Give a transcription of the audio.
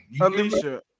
Alicia